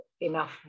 enough